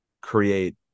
create